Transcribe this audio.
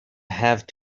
have